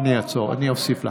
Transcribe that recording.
אני אעצור, אני אוסיף לך.